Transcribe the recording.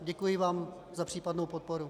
Děkuji vám za případnou podporu.